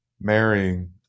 marrying